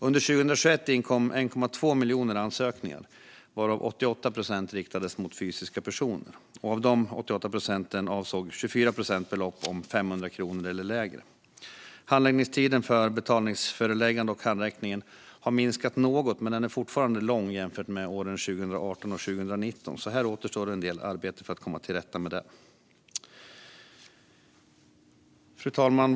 Under 2021 inkom 1,2 miljoner ansökningar, varav 88 procent riktades mot fysiska personer. Av dessa 88 procent avsåg 24 procent belopp om 500 kronor eller lägre. Handläggningstiden för betalningsföreläggande och handräckning har minskat något men är fortfarande lång jämfört med åren 2018 och 2019, så här återstår en del arbete för att komma till rätta med det. Fru talman!